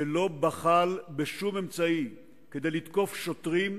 שלא בחל בשום אמצעי כדי לתקוף שוטרים.